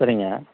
சரிங்க